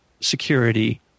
security